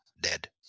dead